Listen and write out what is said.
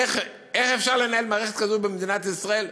איך אפשר לנהל מערכת כזאת במדינת ישראל?